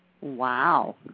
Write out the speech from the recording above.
Wow